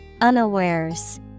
Unawares